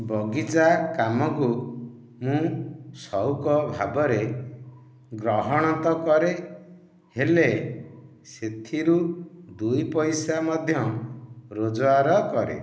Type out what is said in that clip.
ବଗିଚା କାମକୁ ମୁଁ ସଉକ ଭାବରେ ଗ୍ରହଣ ତ କରେ ହେଲେ ସେଥିରୁ ଦୁଇ ପଇସା ମଧ୍ୟ ରୋଜଗାର କରେ